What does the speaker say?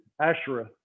Asherah